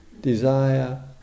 desire